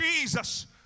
jesus